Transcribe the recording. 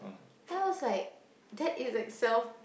then I was like that is like self pro~